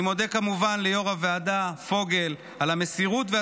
אני מודה כמובן ליו"ר הוועדה פוגל על המסירות ועל